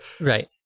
Right